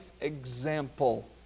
example